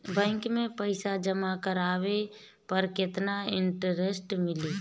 Bank में पईसा जमा करवाये पर केतना इन्टरेस्ट मिली?